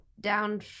down